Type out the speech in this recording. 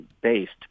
based